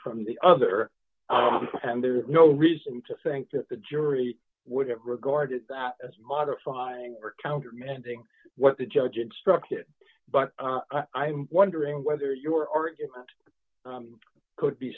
from the other hand there's no reason to think that the jury would have regarded that as modifying or countermanding what the judge instructed but i'm wondering whether your argument could be